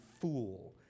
fool